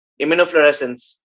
immunofluorescence